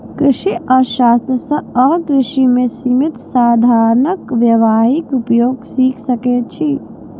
कृषि अर्थशास्त्र सं अहां कृषि मे सीमित साधनक व्यावहारिक उपयोग सीख सकै छी